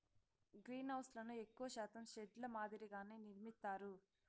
గ్రీన్హౌస్లను ఎక్కువ శాతం షెడ్ ల మాదిరిగానే నిర్మిత్తారు